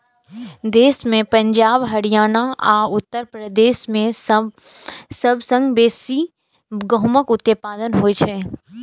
देश मे पंजाब, हरियाणा आ उत्तर प्रदेश मे सबसं बेसी गहूमक उत्पादन होइ छै